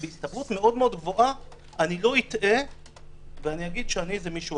ובהסתברות מאוד גבוהה לא אטעה ואומר שאני זה מישהו